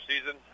season